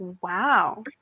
wow